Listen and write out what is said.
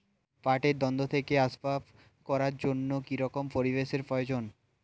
পাটের দণ্ড থেকে আসবাব করার জন্য কি রকম পরিবেশ এর প্রয়োজন?